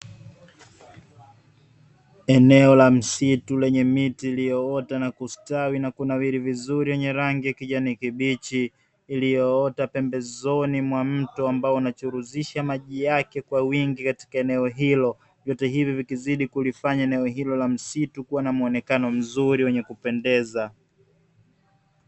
Eneo la msitu lenye miti iliyoota na kustawi na kunawiri vizuri yenye rangi ya kijani kibichi. Iliyoota pembezoni mwa mto ambao unachuruzisha maji yake kwa wingi katika eneo hilo. Vyote hivi vikizidi kulifanya eneo hilo la msitu kuwa na muonekano mzuri wa kupendeza .